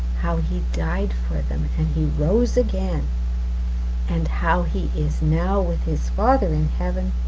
how he died for them and he rose again and how he is now with his father in heaven,